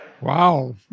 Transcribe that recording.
Wow